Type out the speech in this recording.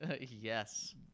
Yes